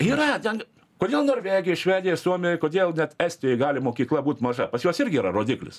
yra ten kodėl norvegijoj švedijoj suomijoj kodėl net estijoj gali mokykla būt maža pas juos irgi yra rodiklis